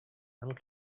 and